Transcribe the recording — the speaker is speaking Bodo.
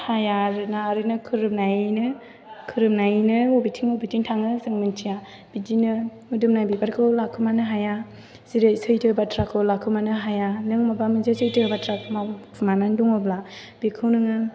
हाया आरोना ओरैनो खोरोमनानैनो बबेथिं बबेथिं थाङो जों मिथिया बिदिनो मोदोमनाय बिबारखौ लाखोमानो हाया जेरै सैथो बाथ्राखौ लाखोमानो हाया नों माबा मोनसे सैथो बाथ्रा मावखुमानानै दङब्ला बेखौ नोङो